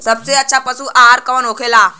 सबसे अच्छा पशु आहार कौन होखेला?